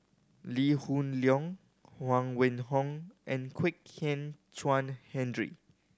Lee Hoon Leong Huang Wenhong and Kwek Hian Chuan Henry